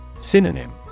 Synonym